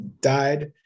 died